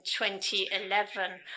2011